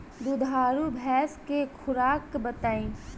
दुधारू भैंस के खुराक बताई?